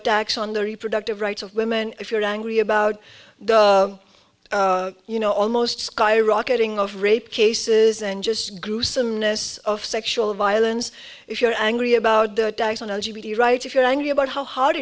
attacks on the reproductive rights of women if you're angry about the you know almost skyrocketing of rape cases and just gruesomeness of sexual violence if you're angry about the attacks on l g b right if you're angry about how hard